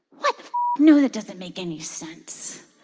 what the? no, that doesn't make any sense.